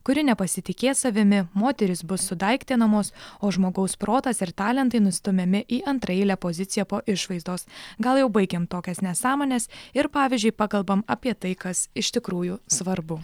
kuri nepasitikės savimi moterys bus sudaiktinamos o žmogaus protas ir talentai nustumiami į antraeilę poziciją po išvaizdos gal jau baikim tokias nesąmones ir pavyzdžiui pakalbam apie tai kas iš tikrųjų svarbu